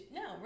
no